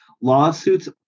Lawsuits